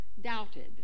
doubted